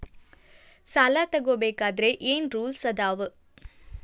ಸಾಲ ತಗೋ ಬೇಕಾದ್ರೆ ಏನ್ ರೂಲ್ಸ್ ಅದಾವ?